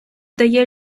дає